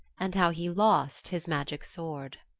and how he lost his magic sword